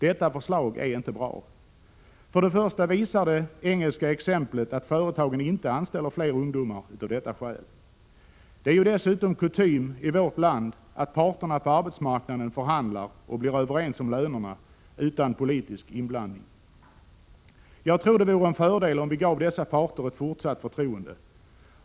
Detta förslag är inte bra. För det första visar det engelska exemplet att företagen inte anställer fler ungdomar av detta skäl, för det andra är det ju kutym i vårt land att parterna på arbetsmarknaden förhandlar och blir överens om lönerna utan politisk inblandning. Jag tror att det vore en fördel om vi gav dessa parter ett fortsatt förtroende.